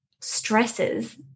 stresses